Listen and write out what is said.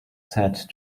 said